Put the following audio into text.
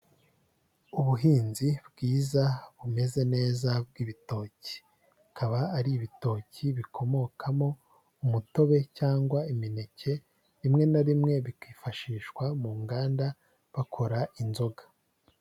Ubuhinzi bwiza bumeze neza bw'ibitoki, bikaba ari ibitoki bikomokamo umutobe cyangwa imineke, rimwe na rimwe bikifashishwa mu nganda bakora inzoga.